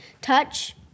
touch